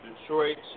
Detroit